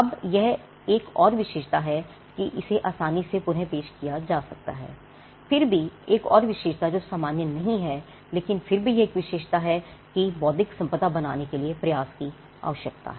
अब यह एक और विशेषता है कि इसे आसानी से पुन पेश किया जा सकता है फिर भी एक और विशेषता जो सामान्य नहीं है लेकिन फिर भी यह एक विशेषता है कि यह बौद्धिक संपदा बनाने के लिए प्रयास की आवश्यकता है